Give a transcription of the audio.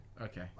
Okay